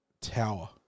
tower